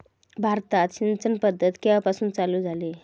भारतात सिंचन पद्धत केवापासून चालू झाली?